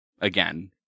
again